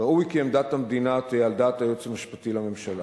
ראוי כי עמדת המדינה תהא על דעת היועץ המשפטי לממשלה.